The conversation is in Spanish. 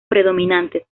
predominantes